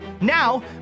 now